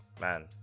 Man